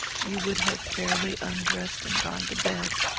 you would have fairly undressed and gone to bed.